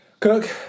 Cook